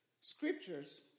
scriptures